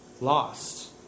Lost